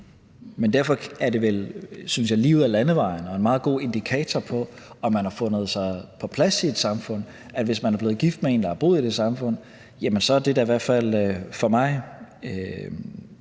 Men derfor er det vel, synes jeg, lige ud ad landevejen og en meget god indikator på, om man har fundet sig til rette i et samfund, nemlig at hvis man er blevet gift med en, der har boet i det samfund, jamen så er det da i hvert fald for mig